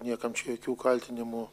niekam jokių kaltinimų